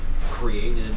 created